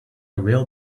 real